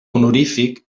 honorífic